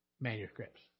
manuscripts